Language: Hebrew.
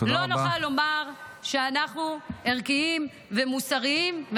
לא נוכל לומר שאנחנו ערכיים ומוסריים.